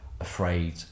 afraid